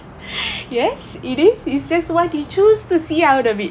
yes it is he says what you choose to see out of it